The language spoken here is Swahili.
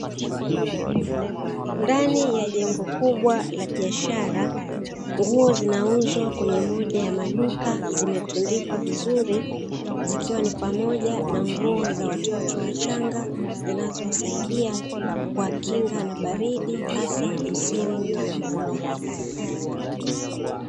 Ndani ya jengo kubwa la biashara Nguo zinauzwa kwenye moja ya maduka zimetundikwa vizuri, zikiwa ni pamoja na Nguo za watoto wachanga zinazowasaidia kuwakinga na baridi hasa misimu wa mvua.